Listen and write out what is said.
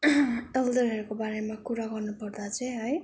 एल्डरहरूको बारेमा कुरा गर्नु पर्दा चाहिँ है